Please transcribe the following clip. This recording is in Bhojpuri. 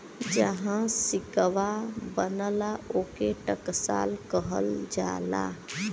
जहाँ सिक्कवा बनला, ओके टकसाल कहल जाला